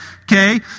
okay